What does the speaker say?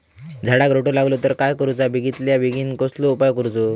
झाडाक रोटो लागलो तर काय करुचा बेगितल्या बेगीन कसलो उपाय करूचो?